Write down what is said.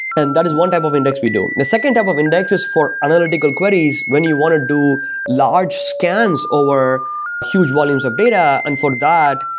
and that is one type of index we do. the second type of index is for analytical queries when you want to do large scans over huge volumes of data. and for that,